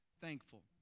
thankful